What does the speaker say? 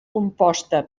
composta